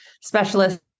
specialist